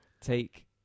Take